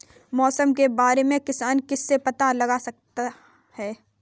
मौसम के बारे में किसान किससे पता लगा सकते हैं?